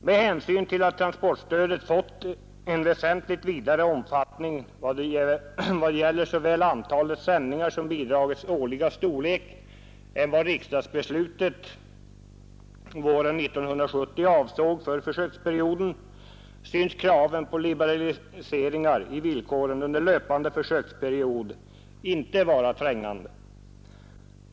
Med hänsyn till att transportstödet fått en väsentligt vidare omfattning vad beträffar såväl antalet sändningar som bidragets storlek än vad riksdagsbeslutet våren 1970 avsåg för försöksperioden synes kraven på liberaliseringar i villkoren under löpande försöksperiod inte vara trängande.